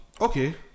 Okay